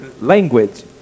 language